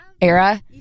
era